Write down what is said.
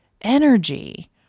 energy